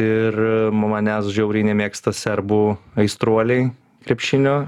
ir manęs žiauriai nemėgsta serbų aistruoliai krepšinio